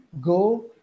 go